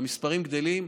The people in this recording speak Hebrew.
והמספרים גדלים.